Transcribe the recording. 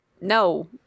no